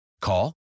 Call